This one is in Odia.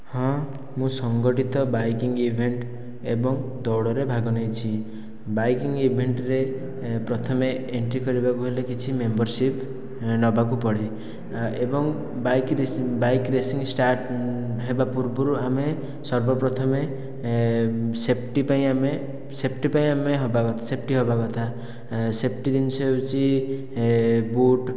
ହଁ ମୁଁ ସଂଗଠିତ ବାଇକିଙ୍ଗ ଇଭେଣ୍ଟ ଏବଂ ଦୌଡ଼ରେ ଭାଗ ନେଇଛି ବାଇକିଙ୍ଗ ଇଭେଣ୍ଟ ରେ ପ୍ରଥମେ ଏଣ୍ଟ୍ରି କରିବାକୁ ହେଲେ କିଛି ମେମ୍ବରସିପ ନେବାକୁ ପଡ଼େ ଏବଂ bike racing bike racing start ହେବା ପୂର୍ବରୁ ଆମେ ସର୍ବପ୍ରଥମେ ସେଫ୍ଟି ପାଇଁ ଆମେ ସେଫ୍ଟି ପାଇଁ ଆମେ ସେଫ୍ଟି ହେବା କଥା ସେଫଟି ଜିନିଷ ହେଉଛି ବୁଟ